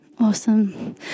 Awesome